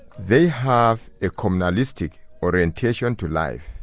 they have a communalistic orientation to life,